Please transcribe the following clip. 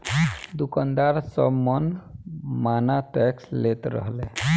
दुकानदार सब मन माना टैक्स लेत रहले